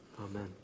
amen